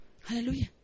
Hallelujah